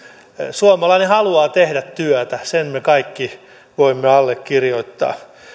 suomalainen haluaa tehdä työtä sen me kaikki voimme allekirjoittaa